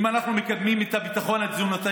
אם אנחנו מקדמים את הביטחון התזונתי